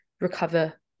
recover